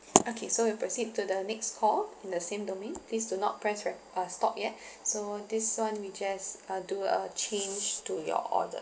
okay so we proceed to the next call in the same domain please do not press right uh stop yet so this [one] we just uh do a change to your order